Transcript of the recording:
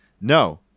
No